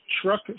truck